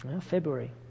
February